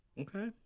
Okay